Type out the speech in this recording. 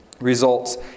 Results